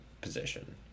position